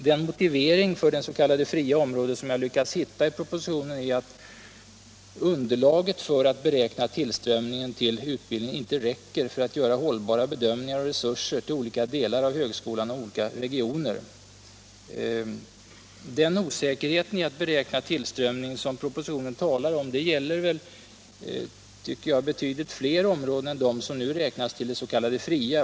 Den motivering för det s.k. fria området som jag lyckats hitta i propositionen är att underlaget för att beräkna tillströmningen till utbildning inte räcker för att göra hållbara bedömningar av resurser till olika delar av högskolan och olika regioner. Den osäkerhet i att beräkna tillströmning som propositionen talar om gäller, tycker jag, betydligt fler områden än de som nu räknas till det s.k. fria.